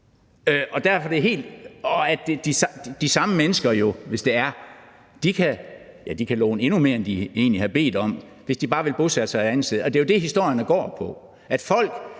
sund økonomi bag det, og at de samme mennesker ville kunne låne endnu mere, end de egentlig havde bedt om, hvis de bare ville bosætte sig et andet sted. Og det er jo det, historien går på, altså